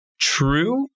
true